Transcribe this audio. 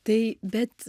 tai bet